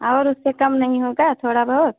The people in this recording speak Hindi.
और उससे कम नहीं होगा थोड़ा बहुत